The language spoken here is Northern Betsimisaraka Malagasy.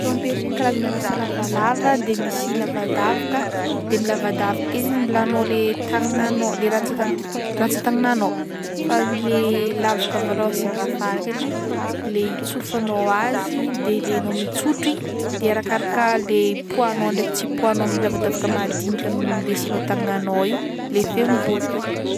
Trompetra igny karazagna raha salavalava de misy lavadavaka de am'lavadavaka ake zaigny ambilanao le tagnagnanao le rantsantagna- rantsantagnagnanao fa le lavaka avy alôha sy avy afara edy le itsofanao azy de le anao mitsotro igny de arakaraka le poa anao ndraiky tsy poa anao amin'ny lavadavaka madiniky amin'ny le asianao tagnanao io le feo miboaka.